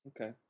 Okay